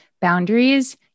boundaries